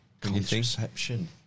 Contraception